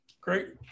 Great